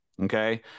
Okay